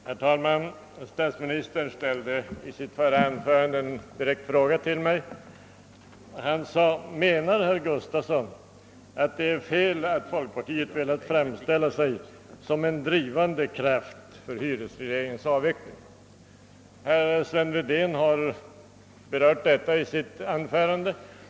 Herr talman! Statsministern ställde i sitt förra anförande en direkt fråga till mig: Menar herr Gustafsson att det är felaktigt att folkpartiet velat framställa sig som en drivande kraft när det gäller hyresregleringens avveckling? Herr Sven Wedén har berört frågan i sitt anförande.